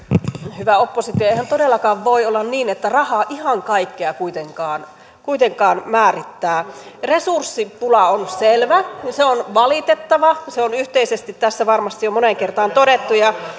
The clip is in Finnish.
hyvä oppositio eihän todellakaan voi olla niin että raha ihan kaikkea kuitenkaan kuitenkaan määrittää resurssipula on selvä se on valitettava se on yhteisesti tässä varmasti jo moneen kertaan todettu